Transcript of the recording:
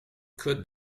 could